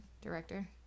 director